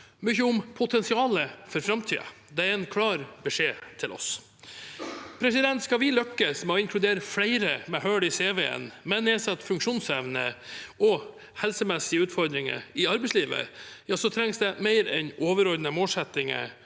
mye om potensialet for framtiden. Det er en klar beskjed til oss. Skal vi lykkes med å inkludere flere med hull i cv-en, nedsatt funksjonsevne og helsemessige utfordringer i arbeidslivet, trengs det mer enn overordnede målsettinger,